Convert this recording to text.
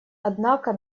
однако